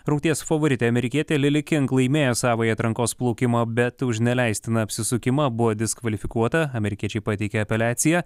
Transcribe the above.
rungties favoritė amerikietė lili king laimėjo savąjį atrankos plaukimą bet už neleistiną apsisukimą buvo diskvalifikuota amerikiečiai pateikė apeliaciją